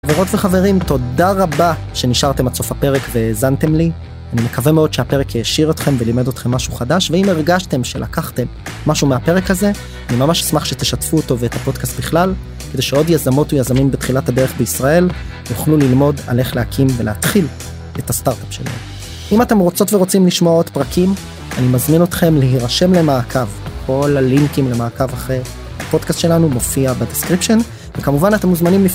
חברות וחברים, תודה רבה שנשארתם עד סוף הפרק והאזנתם לי. אני מקווה מאוד שהפרק העשיר אתכם ולימד אתכם משהו חדש, ואם הרגשתם שלקחתם משהו מהפרק הזה, אני ממש אשמח שתשתפו אותו ואת הפודקאסט בכלל, כדי שעוד יזמות ויזמים בתחילת הדרך בישראל יוכלו ללמוד על איך להקים ולהתחיל את הסטארטאפ שלהם. אם אתם רוצות ורוצים לשמוע עוד פרקים, אני מזמין אתכם להירשם למעקב. כל הלינקים למעקב אחרי הפודקאסט שלנו מופיע בדסקריפשן, וכמובן אתם מוזמנים לפ(קטוע).